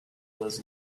was